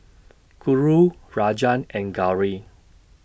Guru Rajan and Gauri